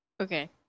Okay